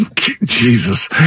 Jesus